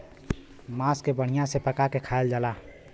मांस के बढ़िया से पका के खायल जाला